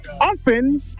Often